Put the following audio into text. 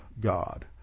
God